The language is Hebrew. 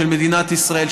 של מדינת ישראל,